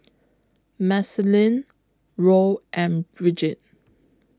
Marceline Roe and Brigid